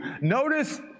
Notice